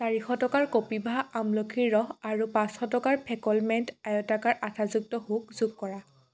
চাৰিশ টকাৰ কপিভা আমলখিৰ ৰস আৰু পাঁচশ টকাৰ ফেকলমেন আয়তাকাৰ আঠাযুক্ত হুক যোগ কৰা